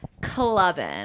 clubbing